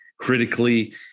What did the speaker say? critically